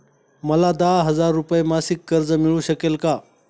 मला दहा हजार रुपये मासिक कर्ज मिळू शकेल का?